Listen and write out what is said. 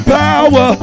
power